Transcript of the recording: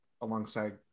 alongside